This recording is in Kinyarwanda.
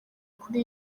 kuri